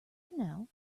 canal